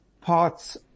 parts